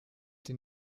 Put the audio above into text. die